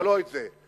אבל לא את זה.